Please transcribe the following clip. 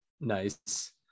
nice